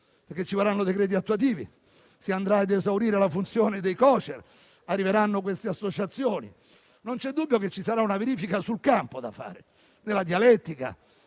perché ci vorranno i decreti attuativi, si andrà a esaurire la funzione dei Cocer e arriveranno queste associazioni; non c'è dubbio che ci sarà una verifica sul campo da fare, nella dialettica